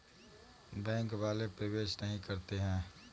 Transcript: Bank वाले प्रवेश नहीं करते हैं?